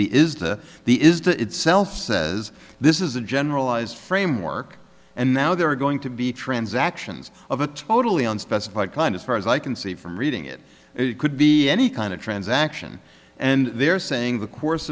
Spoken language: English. the is that the is the itself says this is a generalized framework and now there are going to be transactions of a totally unspecified kind as far as i can see from reading it it could be any kind of transaction and they're saying the course